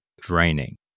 draining